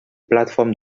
plateformes